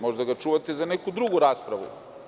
Možda ga čuvate za neku drugu raspravu.